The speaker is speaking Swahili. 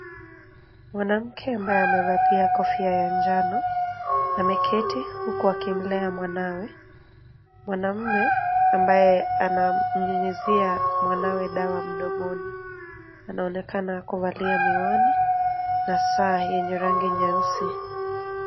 Mwanamke ambaye amevalia kofia ya njano, ameketi, huku akimlea mwanawe, mwanamume, ambaye anamnyunyizia mwanawe dawa mdomoni, anaonekana kuvalia miwani, na saa yenye rangi nyeusi.